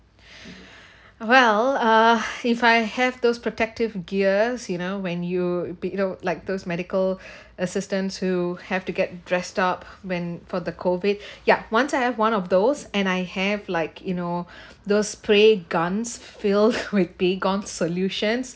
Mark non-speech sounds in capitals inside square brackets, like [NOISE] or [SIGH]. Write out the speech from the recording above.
[BREATH] well uh if I have those protective gears you know when you be you know like those medical [BREATH] assistance who have to get dressed up when for the COVID ya once I have one of those and I have like you know the spray guns filled [LAUGHS] with baygon solutions